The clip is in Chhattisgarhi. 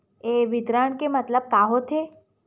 ये विवरण के मतलब का होथे?